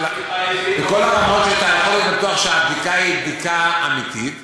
ואתה יכול להיות בטוח שהבדיקה אמיתית,